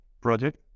project